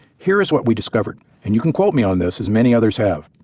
here is what we discovered, and you can quote me on this as many others have.